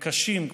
קשים,